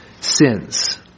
sins